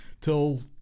till